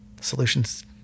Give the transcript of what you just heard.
solutions